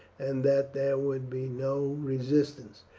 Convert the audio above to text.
and that there would be no resistance,